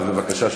אז בבקשה,